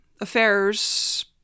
affairs